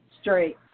straight